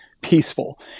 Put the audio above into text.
peaceful